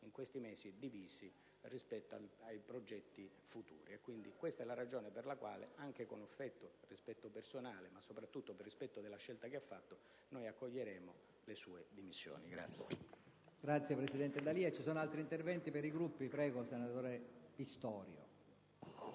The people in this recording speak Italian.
ci hanno visto divisi rispetto ai progetti futuri. Questa è la ragione per la quale, anche per affetto e rispetto personale, ma soprattutto per rispetto della scelta che ha fatto, noi accoglieremo le sue dimissioni.